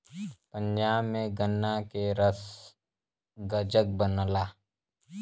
पंजाब में गन्ना के रस गजक बनला